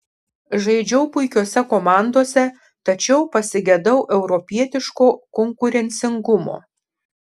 žaidžiau puikiose komandose tačiau pasigedau europietiško konkurencingumo